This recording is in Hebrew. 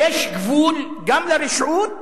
יש גבול גם לרשעות,